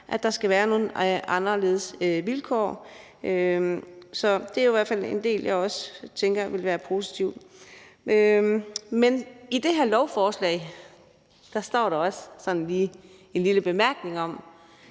at der skal være nogle anderledes vilkår. Så det er jo i hvert fald også noget, jeg tænker vil være positivt. Men i det her lovforslag står der også lige en lille bemærkning om,